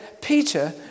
Peter